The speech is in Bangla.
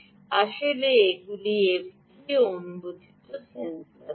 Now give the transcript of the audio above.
আসলে এগুলি এফডিএ অনুমোদিত সেন্সর নয়